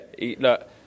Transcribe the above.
look